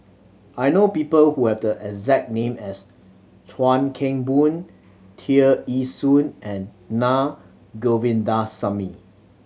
I know people who have the exact name as Chuan Keng Boon Tear Ee Soon and Na Govindasamy